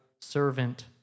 servant